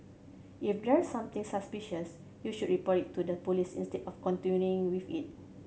if there's something suspicious you should report it to the police instead of continuing with it